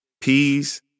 peas